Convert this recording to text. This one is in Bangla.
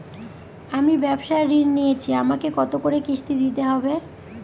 আমি ব্যবসার ঋণ নিয়েছি আমাকে কত করে কিস্তি দিতে হবে?